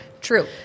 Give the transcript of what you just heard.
True